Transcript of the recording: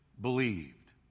believed